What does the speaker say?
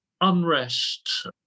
unrest